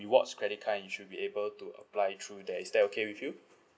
rewards credit card and you should be able to apply through there is that okay with you